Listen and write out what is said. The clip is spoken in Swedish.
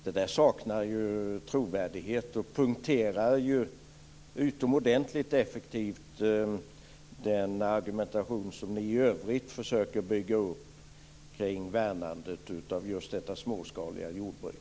Det där saknar trovärdighet och punkterar utomordentligt effektivt den argumentation som ni i övrigt försöker bygga upp kring värnandet av just detta småskaliga jordbruk.